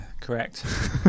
correct